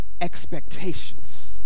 expectations